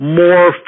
more